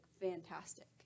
fantastic